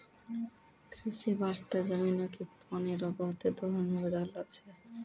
कृषि बास्ते जमीनो के पानी रो बहुते दोहन होय रहलो छै